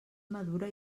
madura